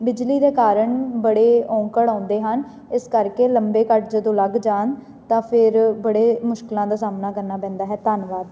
ਬਿਜਲੀ ਦੇ ਕਾਰਨ ਬੜੇ ਔਂਕੜ ਆਉਂਦੇ ਹਨ ਇਸ ਕਰਕੇ ਲੰਬੇ ਕੱਟ ਜਦੋਂ ਲੱਗ ਜਾਣ ਤਾਂ ਫਿਰ ਬੜੇ ਮੁਸ਼ਕਿਲਾਂ ਦਾ ਸਾਹਮਣਾ ਕਰਨਾ ਪੈਂਦਾ ਹੈ ਧੰਨਵਾਦ